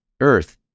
earth